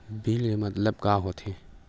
Bill के मतलब का होथे?